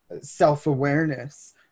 self-awareness